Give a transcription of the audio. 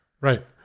right